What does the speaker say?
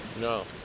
No